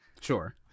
sure